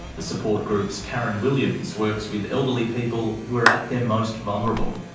the support group's karen williams works with elderly people who are at their most vulnerable.